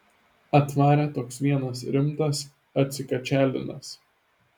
atvarė toks vienas rimtas atsikačialinęs